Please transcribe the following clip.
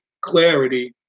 clarity